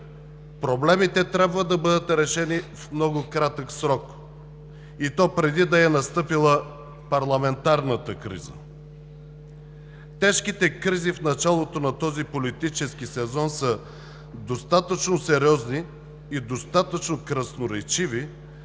проблемите трябва да бъдат решени в много кратък срок, и то преди да е настъпила парламентарната криза. Тежките кризи в началото на този политически сезон са достатъчно сериозни и достатъчно красноречиви,